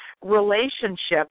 Relationships